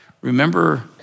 remember